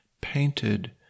painted